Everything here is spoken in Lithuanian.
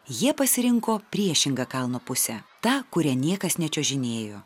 jie pasirinko priešingą kalno pusę tą kuria niekas nečiuožinėjo